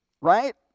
Right